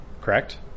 Correct